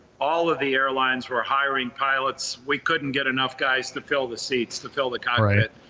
all of the airlines were hiring pilots. we couldn't get enough guys to fill the seats, to fill the cockpit. right.